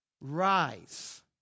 Rise